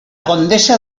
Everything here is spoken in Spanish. condesa